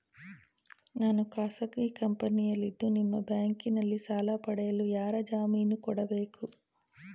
ನಾನು ಖಾಸಗಿ ಕಂಪನಿಯಲ್ಲಿದ್ದು ನಿಮ್ಮ ಬ್ಯಾಂಕಿನಲ್ಲಿ ಸಾಲ ಪಡೆಯಲು ಯಾರ ಜಾಮೀನು ಕೊಡಬೇಕು?